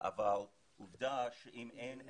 אבל עובדה שאם אין אמצעים,